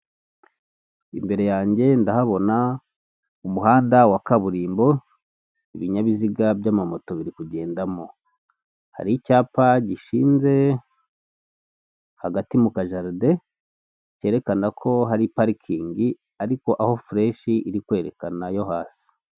Imbere yanjye ndahabona umuhanda wa kaburimbo ibinyabiziga by'amamoto biri kugendamo, hari icyapa gishinze hagati mu kajaride cyerekana ko hari parikingi ariko aho fureshi iri kwerekana yo hasi.